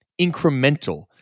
incremental